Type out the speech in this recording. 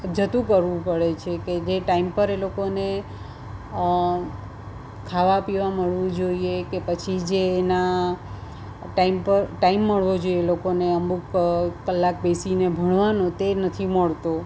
જતું કરવું પડે છે કે જે ટાઈમ પર એ લોકોને ખાવા પીવા મળવું જોઈએ કે પછી જેના ટાઈમ પર ટાઈમ મળવો જોઈ લોકોને અમુક કલાક બેસીને ભણવાનું તે નથી મળતો